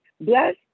Bless